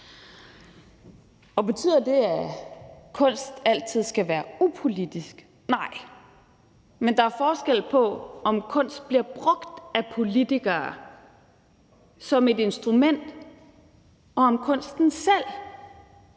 Betyder det, at kunst altid skal være upolitisk? Nej, men der er forskel på, om kunst bliver brugt af politikere som et instrument, eller om kunsten selv